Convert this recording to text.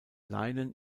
leinen